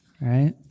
right